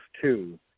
two